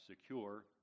secure